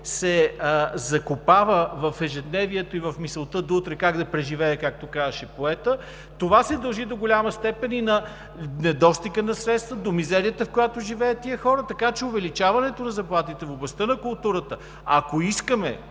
се закопава в ежедневието и в мисълта до утре как да преживее, както казваше поетът, това се дължи до голяма степен и на недостига на средства, до мизерията, в която живеят тези хора. Така че увеличаването на заплатите в областта на културата, ако искаме